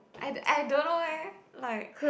I I don't know leh like